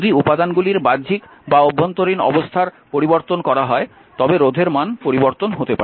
যদি উপাদানগুলির বাহ্যিক বা অভ্যন্তরীণ অবস্থার পরিবর্তন করা হয় তবে রোধের মান পরিবর্তন হতে পারে